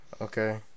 Okay